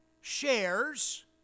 shares